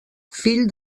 fill